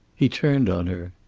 he turned on her.